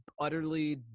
utterly